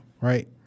right